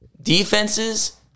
defenses—